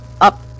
up